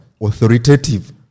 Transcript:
authoritative